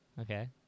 Okay